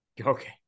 Okay